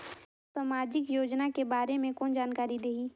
समाजिक योजना के बारे मे कोन जानकारी देही?